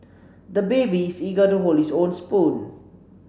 the baby is eager to hold his own spoon